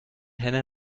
henne